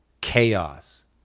chaos